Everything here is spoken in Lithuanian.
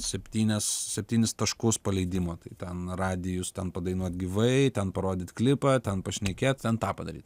septynis septynis taškus paleidimo tai ten radijus ten padainuot gyvai ten parodyt klipą ten pašnekėt ten tą padaryt